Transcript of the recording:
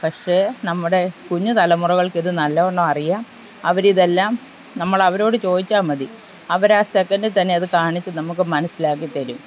പക്ഷേ നമ്മുടെ കുഞ്ഞ് തലമുറകൾക്കിത് നല്ലവണം അറിയാം അവരിതെല്ലാം നമ്മളവരോട് ചോദിച്ചാൽ മതി അവർ ആ സെക്കൻ്റിൽ തന്നെ അത് കാണിച്ച് നമുക്ക് മനസ്സിലാക്കിത്തരും